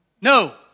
No